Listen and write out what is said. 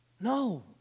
No